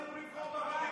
לא.